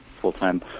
full-time